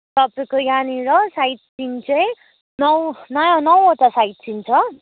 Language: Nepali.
तपाईँको यहाँनिर साइट सिन चाहिँ नौ नौ नौवटा साइट सिन छ